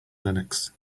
linux